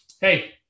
Hey